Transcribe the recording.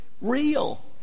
real